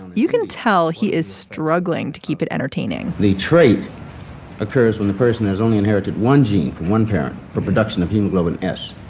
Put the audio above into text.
you can tell he is struggling to keep it entertaining the trait occurs when the person has only inherited one gene from one parent for production of hemoglobin s,